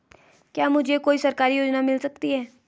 क्या मुझे कोई सरकारी योजना मिल सकती है?